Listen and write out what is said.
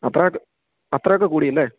അത്രയെ അത്രേയൊക്കെ കൂടിയല്ലേ